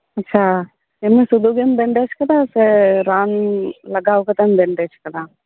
ᱟᱪᱪᱷᱟ ᱮᱢᱱᱤ ᱥᱩᱫᱩᱜᱮᱢ ᱵᱮᱱᱰᱮᱡᱽ ᱠᱟᱫᱟ ᱥᱮ ᱨᱟᱱ ᱞᱟᱜᱟᱣ ᱠᱟᱛᱮᱢ ᱵᱮᱱᱰᱮᱡᱽ ᱟᱠᱟᱫᱟ